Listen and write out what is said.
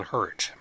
Hurt